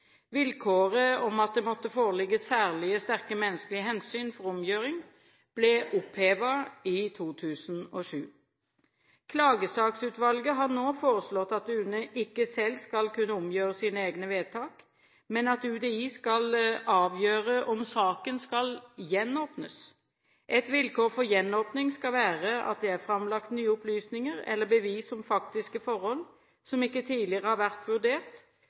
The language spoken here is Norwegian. Vilkåret om at det måtte foreligge «særlig sterke menneskelige hensyn» for omgjøring ble opphevet i 2007. Klagesaksutvalget har nå foreslått at UNE ikke selv skal kunne omgjøre sine egne vedtak, men at UDI skal avgjøre om saken skal gjenåpnes. Et vilkår for gjenåpning skal være at det er framlagt nye opplysninger eller bevis om faktiske forhold som ikke tidligere har vært vurdert,